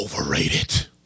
overrated